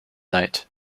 night